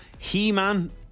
He-Man